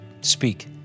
speak